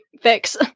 fix